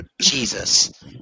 Jesus